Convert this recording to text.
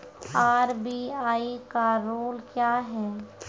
RBI का rule क्या हैं?